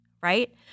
right